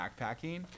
backpacking